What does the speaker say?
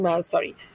Sorry